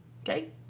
Okay